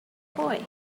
boy